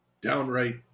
downright